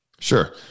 Sure